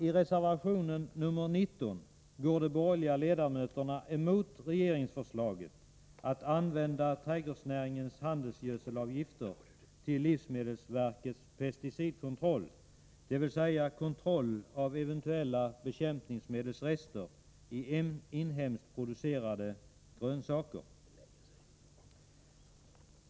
I reservation nr 19 går de borgeriga ledamöterna emot regeringsförslaget att använda trädgårdsnäringens handelsgödselavgifter till livsmedelsverkets pesticidkontroll, dvs. kontroll av eventuella bekämpningsmedelsrester i inhemskt producerade grönsaker.